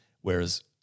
whereas